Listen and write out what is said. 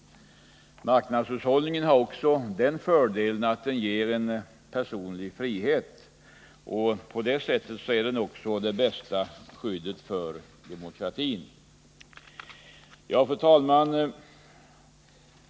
Marknadshushållningen har också den fördelen att den ger en personlig frihet. På det sättet är den också det bästa skyddet för demokratin. Fru talman!